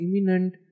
imminent